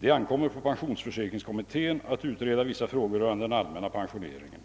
Det ankommer på pensionsförsäkringskommittén att utreda vissa frågor rörande den allmänna pensioneringen.